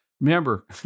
remember